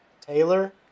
Taylor